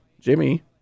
Jimmy